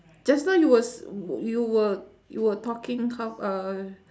just now you was you were you were talking h~ uh